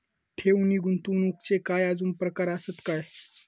ठेव नी गुंतवणूकचे काय आजुन प्रकार आसत काय?